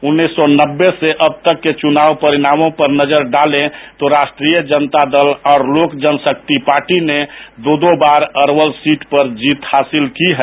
उन्नीस सौ नब्बे से अब तक के चुनाव परिणामों पर नजर डालें तो राष्ट्रीय जनता दल और लोक जनशक्ति पार्टी ने दो दो बार अरवल की सीट पर जीत हासिल की है